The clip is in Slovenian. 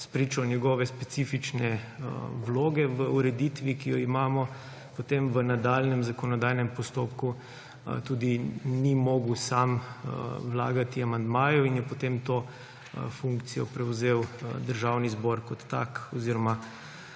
Spričo njegove specifične vloge v ureditvi, ki jo imamo, potem v nadaljnjem zakonodajnem postopku tudi ni mogel sam vlagati amandmajev in je potem to funkcijo prevzel Državni zbor kot tak oziroma